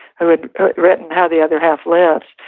who had written how the other half lives,